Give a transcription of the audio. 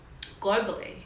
globally